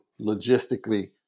logistically